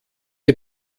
die